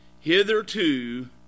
Hitherto